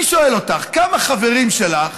אני שואל אותך, כמה חברים שלך